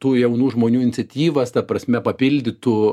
tų jaunų žmonių iniciatyvas ta prasme papildytų